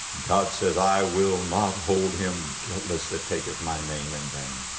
god says, i will not hold him guiltless that taketh my name in vain.